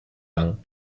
lang